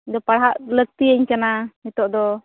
ᱤᱧ ᱫᱚ ᱯᱟᱲᱦᱟᱜ ᱞᱟᱹᱠᱛᱤᱭᱟᱹᱧ ᱠᱟᱱᱟ ᱱᱤᱛᱚᱜ ᱫᱚ